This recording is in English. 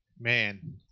Man